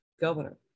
governor